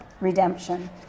redemption